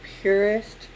purest